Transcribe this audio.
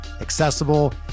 accessible